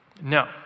no